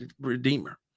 redeemer